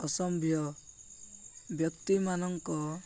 ଅସଭ୍ୟ ବ୍ୟକ୍ତିମାନଙ୍କ